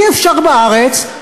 אי-אפשר בארץ,